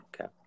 Okay